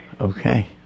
Okay